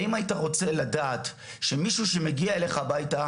האם ההיית רוצה לדעת שמישהו שמגיע אליך הביתה,